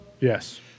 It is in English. Yes